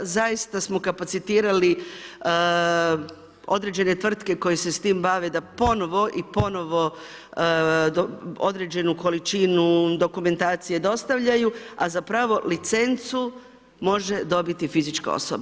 Zaista smo kapacitirali određene tvrtke koje se s tim bave da ponovo i ponovo određenu količinu dokumentacije dostavljaju, a zapravo licencu može dobiti fizička osoba.